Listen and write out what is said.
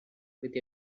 with